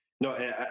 no